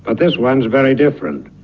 but this one is very different.